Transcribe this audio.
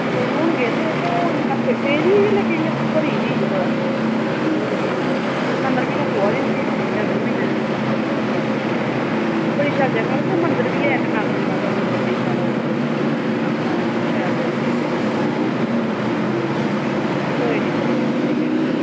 नेई हून गेदे है ते ओह् पेई दी ही लैकिन इयां घुली गेदी ही बर्फ इन्नी ओह् नेई ही दिसम्बर महिने पवा दी होंदी फरवरी महिने हां उत्थै बड़ी शैल जगह ना उत्थै मंदर बी ऐ इक नागनी माता दा मंदर बड़ी शैल ऐ उपर ठीक हां शैल जगह ऐ दिक्खने आहली हां कोई नी कोई नी अच्छा आई जागे